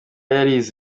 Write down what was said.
yarize